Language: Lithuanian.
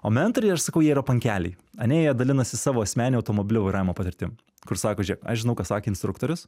o mentoriai aš sakau jie yra pankeliai ane jie dalinasi savo asmeninio automobilio vairavimo patirtim kur sako žėk aš žinau ką sakė instruktorius